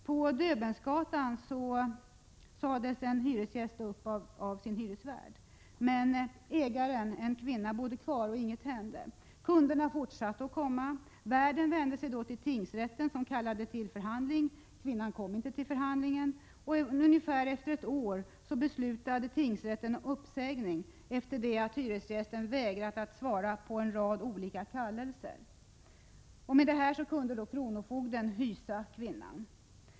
På Döbelnsgatan sades en hyresgäst upp av sin hyresvärd, men ägaren, en kvinna, bodde kvar. Inget hände. Kunderna fortsatte att komma. Värden vände sig då till tingsrätten, som kallade till förhandling. Men kvinnan kom inte till förhandlingen. Efter ungefär ett år beslutade tingsrätten om uppsägning efter det att hyresgästen hade vägrat att svara på en rad olika kallelser. I och med detta kunde kronofogden avhysa kvinnan.